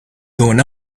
going